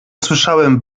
słyszałem